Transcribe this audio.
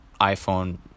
iPhone